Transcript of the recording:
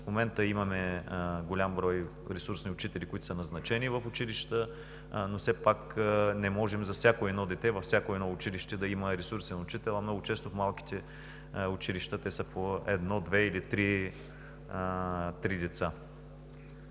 В момента имаме голям брой ресурсни учители, които са назначени в училищата, но все пак не може за всяко едно дете във всяко едно училище да има ресурсен учител. Много често в малките училища те са по едно, две или три деца.